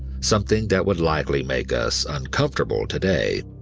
something that would likely make us uncomfortable today.